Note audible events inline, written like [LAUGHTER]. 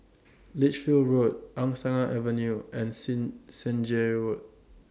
[NOISE] Lichfield Road Angsana Avenue and Sing Senja Road